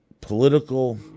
political